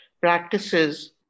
practices